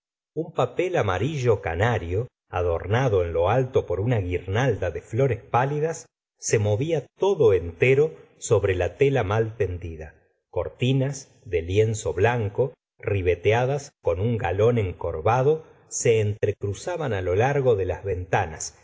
un papel amarillo canario adornado en lo alto por una guirnalda de flores pálidas se movía todo entero sobre la tela mal tendida cortinas de lienzo blanco ribeteadas con un galón encorvado se entrecruzaban álo largo de las ventanas